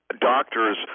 doctors